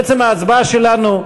בעצם ההצבעה שלנו,